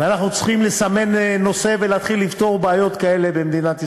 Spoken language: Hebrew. אנחנו צריכים לסמן נושא ולהתחיל לפתור בעיות כאלה במדינת ישראל.